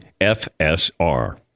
FSR